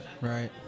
Right